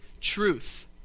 truth